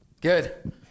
Good